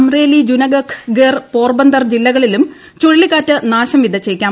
അംറേലി ജുനഗഘ് ഗിർ പോർബന്തർ ജില്ലകളില്ലും ചുഴലിക്കാറ്റ് നാശം വിതച്ചേക്കാം